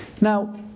Now